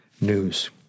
news